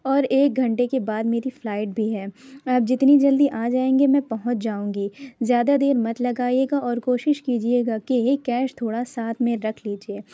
اور ایک گھنٹے کے بعد میری فلائٹ بھی ہے آپ جتنی جلدی آ جائیں گے میں پہنچ جاؤں گی زیادہ دیر مت لگائیے گا اور کوشش کیجیے گا کہ کیش تھوڑا ساتھ میں رکھ لیجیے